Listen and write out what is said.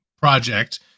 project